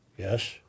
Yes